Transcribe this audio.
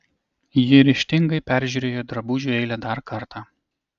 ji ryžtingai peržiūrėjo drabužių eilę dar kartą